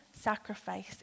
sacrifice